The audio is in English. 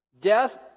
Death